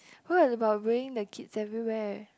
what about bringing the kids everywhere